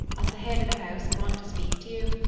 as the head of the house i want to speak to you,